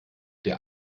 der